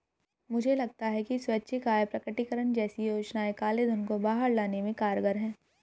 मुझे लगता है कि स्वैच्छिक आय प्रकटीकरण जैसी योजनाएं काले धन को बाहर लाने में कारगर हैं